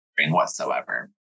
whatsoever